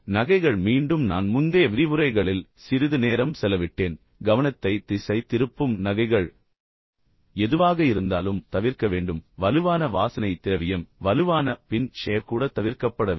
நகைகள் மீண்டும் நான் முந்தைய விரிவுரைகளில் சிறிது நேரம் செலவிட்டேன் எனவே கவனத்தை திசை திருப்பும் நகைகள் எதுவாக இருந்தாலும் தவிர்க்க வேண்டும் வலுவான வாசனை திரவியம் வலுவான பின் ஷேவ் கூட தவிர்க்கப்பட வேண்டும்